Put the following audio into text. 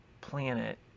planet